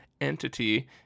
entity